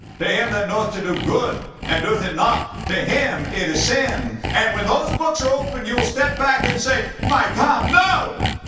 to him that knoweth to do good, and doeth it not, to him it is sin. and when those books are opened, you will step back and say, my god, no.